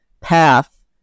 path